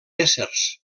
éssers